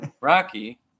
Rocky